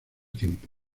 tiempo